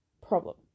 problem